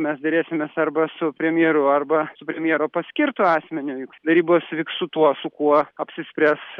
mes derėsimės arba su premjeru arba su premjero paskirtu asmeniu juk derybos vyks su tuo su kuo apsispręs